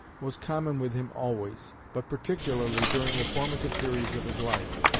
was common with him always, but particularly during the formative periods of his life.